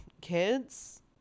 Kids